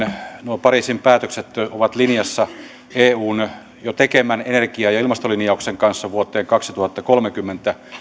nuo pariisin päätökset ovat linjassa eun jo tekemän energia ja ilmastolinjauksen kanssa vuoteen kaksituhattakolmekymmentä